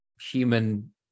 human